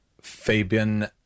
Fabian